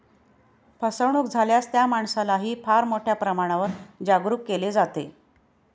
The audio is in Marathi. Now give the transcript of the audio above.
फसवणूक झाल्यास त्या माणसालाही फार मोठ्या प्रमाणावर जागरूक केले जाते